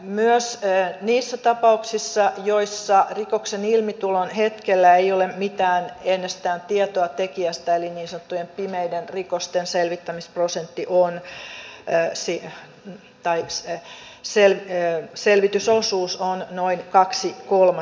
myös niissä tapauksissa joissa rikoksen ilmitulon hetkellä ei ole ennestään mitään tietoa tekijästä eli niin sanottujen pimeiden rikosten kohdalla selvitysosuus on noin kaksi kolmasosaa